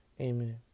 Amen